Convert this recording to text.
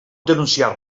denunciar